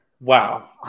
Wow